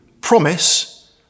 promise